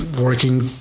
working